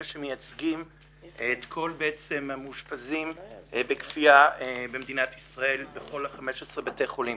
שמייצגים את כל המאושפזים בכפייה במדינת ישראל בכל ה-15 בתי חולים.